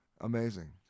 Amazing